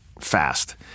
fast